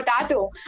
potato